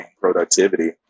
productivity